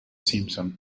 simpson